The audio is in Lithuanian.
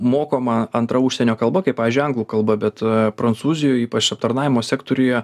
mokoma antra užsienio kalbą kaip pavyzdžiui anglų kalba bet prancūzijoj ypač aptarnavimo sektoriuje